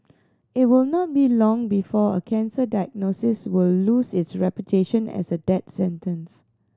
it will not be long before a cancer diagnosis will lose its reputation as a death sentence